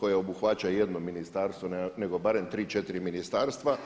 koja obuhvaća jedno ministarstvo nego barem 3, 4 ministarstva.